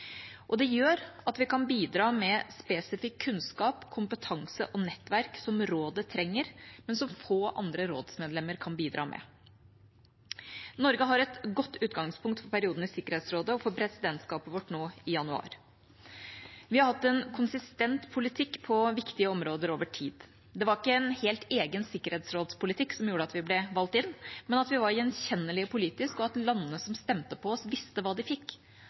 Det gjør at vi kan bidra med spesifikk kunnskap, kompetanse og nettverk som rådet trenger, men som få andre rådsmedlemmer kan bidra med. Norge har et godt utgangspunkt for perioden i Sikkerhetsrådet og for presidentskapet vårt nå i januar. Vi har hatt en konsistent politikk på viktige områder over tid. Det var ikke en helt egen sikkerhetsrådspolitikk som gjorde at vi ble valgt inn, men at vi var gjenkjennelige politisk, og at landene som stemte på oss, visste hva de fikk.